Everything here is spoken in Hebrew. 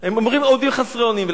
הם עומדים חסרי אונים.